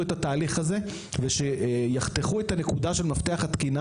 את התהליך הזה ושיחתכו את הנקודה של מפתח התקינה